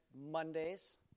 Mondays